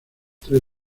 tres